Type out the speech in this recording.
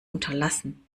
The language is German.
unterlassen